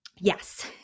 yes